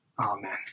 Amen